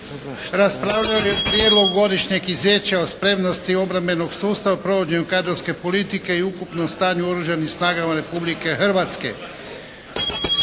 raspravljao je o prijedlogu Godišnjeg izvješća o spremnosti obrambenog sustava, provođenju kadrovske politike i ukupnom stanju u Oružanim snagama Republike Hrvatske.